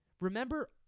Remember